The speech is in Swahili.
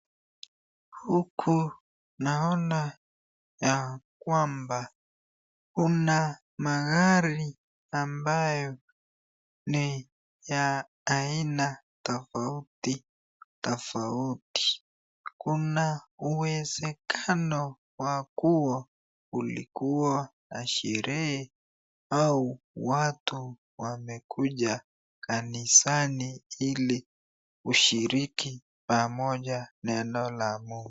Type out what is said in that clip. Huku naona ya kwamba kuna magari ambayo ni ya aina tofauti tofauti, kuna uwezekano wa kua kulikua na sherehe au watu wamekuja kanisani ili kushiriki pamoja neno ya mungu.